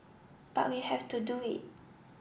but we have to do it